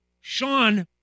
Sean